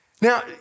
Now